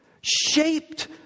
Shaped